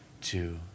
two